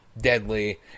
deadly